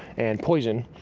and poison.